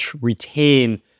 retain